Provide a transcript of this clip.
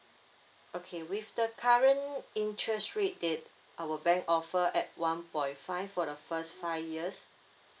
okay with the current interest rate that our bank offer at one point five for the first five years